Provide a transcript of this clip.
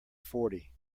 fourty